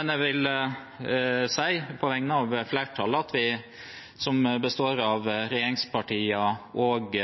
men jeg vil, på vegne av flertallet, som består av regjeringspartiene og